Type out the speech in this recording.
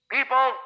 People